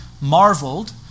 marveled